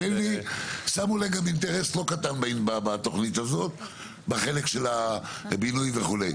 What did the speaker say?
שמו להם גם אינטרס לא קטן בתוכנית הזאת בחלק של הבינוי וכולי.